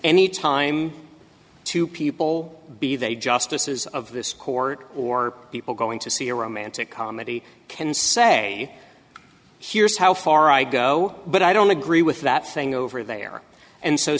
any time two people be they justices of this court or people going to see a romantic comedy can say here's how far i go but i don't agree with that thing over there and so